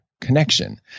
connection